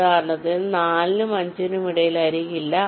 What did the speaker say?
ഉദാഹരണത്തിന് 4 നും 5 നും ഇടയിൽ അരികില്ല